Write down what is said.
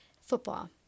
football